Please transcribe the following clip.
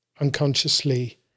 unconsciously